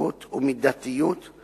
סבירות ומידתיות של